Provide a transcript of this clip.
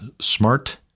smart